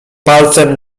palcem